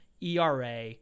ERA